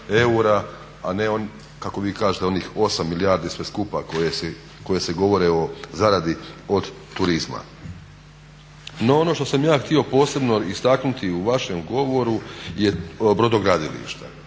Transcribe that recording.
kažete onih 8 milijardi sve skupa koje se govore o zaradi od turizma. No, ono što sam ja htio posebno istaknuti u vašem govoru je brodogradilišta.